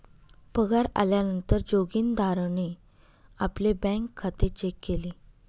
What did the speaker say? पगार आल्या नंतर जोगीन्दारणे आपले बँक खाते चेक केले